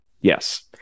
Yes